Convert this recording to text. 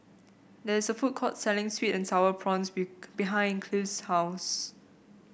there is a food court selling sweet and sour prawns be behind Clive's house